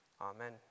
Amen